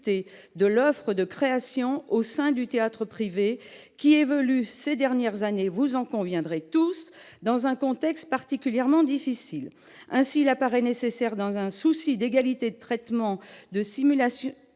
de l'offre de création au sein du théâtre privé qui évoluent ces dernières années, vous en conviendrez tous dans un contexte particulièrement difficile, ainsi il apparaît nécessaire, dans un souci d'égalité de traitement de simulation